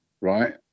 right